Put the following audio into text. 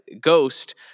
ghost